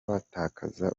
batakaza